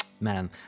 man